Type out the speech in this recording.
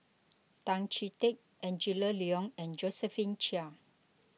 Tan Chee Teck Angela Liong and Josephine Chia